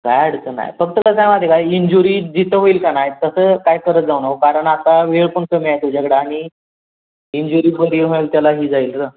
काय अडचण नाही फक्त कसं आहे माहिते का इंजुरी जिथं होईल का नाही तसं काय करत जाऊ नको कारण आता वेळ पण कमी आहे तुझ्याकडं आणि इंजुरी कधी होईल त्याला ही जाईल र